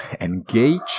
Engage